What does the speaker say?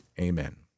Amen